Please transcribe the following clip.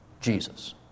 Jesus